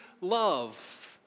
love